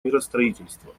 миростроительства